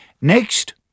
Next